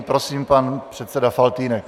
Prosím, pan předseda Faltýnek.